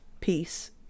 peace